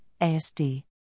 ASD